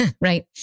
right